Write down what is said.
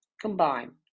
combine